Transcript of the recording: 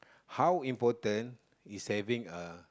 how important is having a